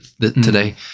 today